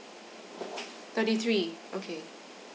thirty three okay